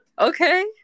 okay